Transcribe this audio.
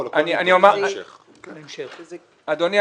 אדוני,